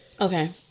Okay